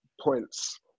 points